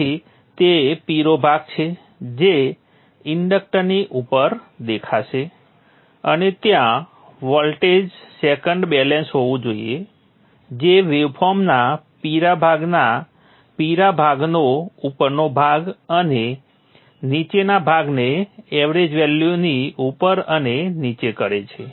તેથી તે પીળો ભાગ છે જે ઇન્ડક્ટરની ઉપર દેખાશે અને ત્યાં વોલ્ટ સેકન્ડ બેલેન્સ હોવું જોઈએ જે વેવફોર્મના પીળા ભાગના પીળા ભાગનો ઉપરનો ભાગ અને નીચેના ભાગને એવરેજ વેલ્યુની ઉપર અને નીચે કરે છે